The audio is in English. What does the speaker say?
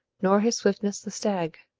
nor his swiftness the stag.